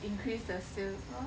increase the sales